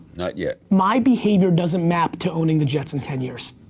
not yet. my behavior doesn't map to owning the jets in ten years.